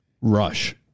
Rush